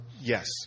Yes